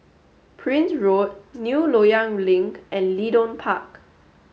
Prince Road New Loyang Link and Leedon Park